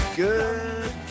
Good